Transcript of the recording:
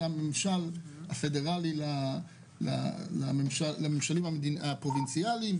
הממשלה הפדרלי לממשלים הפרובינציאלים.